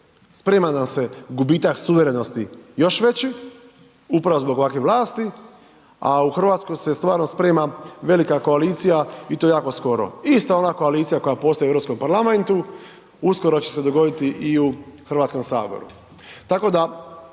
sprema nam se gubitak suverenosti još veći, upravo zbog ovakve vlasti, a u RH se stvarno sprema velika koalicija i to jako skoro, ista ona koalicija koja postoji u Europskom parlamentu, uskoro će se dogoditi i u HS. Tako da